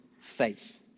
faith